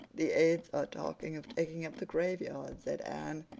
the aids are talking of taking up the graveyard, said anne,